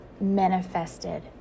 manifested